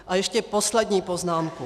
A ještě poslední poznámku.